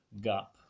GAP